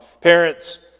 Parents